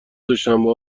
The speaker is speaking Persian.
دوشنبه